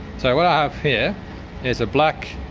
so what i have here is a black,